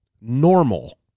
Normal